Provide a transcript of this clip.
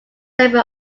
semi